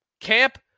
camp